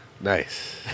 Nice